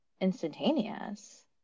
instantaneous